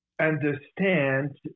Understand